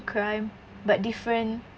crime but different